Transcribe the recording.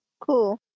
Cool